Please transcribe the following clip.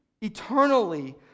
eternally